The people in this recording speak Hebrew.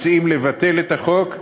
אנחנו מציעים לבטל את החוק.